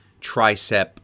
tricep